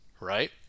right